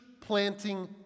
planting